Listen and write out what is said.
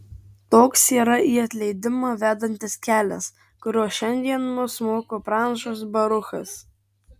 toks yra į atleidimą vedantis kelias kurio šiandien mus moko pranašas baruchas